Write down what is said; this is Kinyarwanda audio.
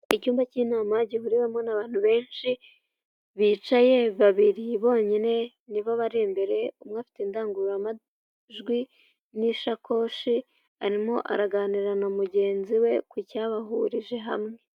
Icyumba k'inama gihuriwemo n'abantu benshi bicaye babiri bonyine nibo bari imbere, umwe afite indangururamajwi n'ishakoshi arimo araganira na mugenzi we ku cyabahurije hamwe.